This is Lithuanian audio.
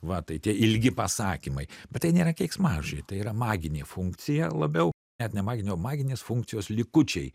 va tai tie ilgi pasakymai bet tai nėra keiksmažodžiai tai yra maginė funkcija labiau net ne magin o maginės funkcijos likučiai